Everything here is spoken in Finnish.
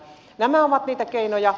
nämä ovat niitä keinoja